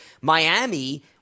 Miami